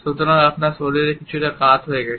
সুতরাং আপনার শরীরটি কিছুটা কাত হয়ে গেছে